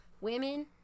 women